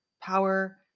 power